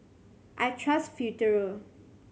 I trust Futuro